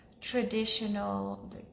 traditional